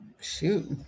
Shoot